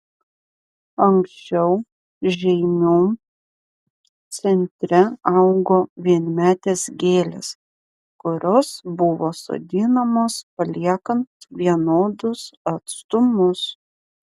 anksčiau žeimių centre augo vienmetės gėlės kurios buvo sodinamos paliekant vienodus atstumus